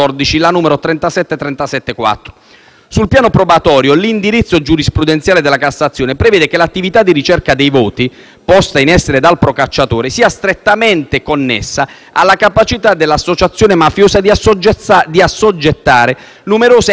Sul piano probatorio, l'indirizzo giurisprudenziale della Cassazione prevede che l'attività di ricerca dei voti posta in essere dal procacciatore sia strettamente connessa alla capacità dell'associazione mafiosa di assoggettare numerose aree territoriali a corpi sociali,